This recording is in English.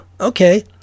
okay